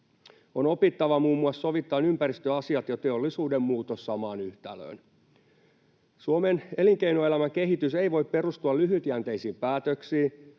On opittava muun muassa sovittamaan ympäristöasiat ja teollisuuden muutos samaan yhtälöön. Suomen elinkeinoelämän kehitys ei voi perustua lyhytjänteisiin päätöksiin.